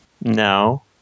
No